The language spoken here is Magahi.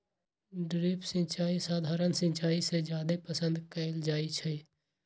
ड्रिप सिंचाई सधारण सिंचाई से जादे पसंद कएल जाई छई